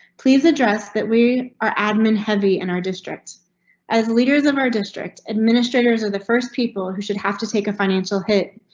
please address that we are admin heavy in and our district as leaders of our district administrators are the first people who should have to take a financial hit,